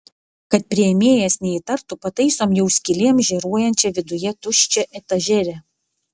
kad priėmėjas neįtartų pataisom jau skylėm žėruojančią viduje tuščią etažerę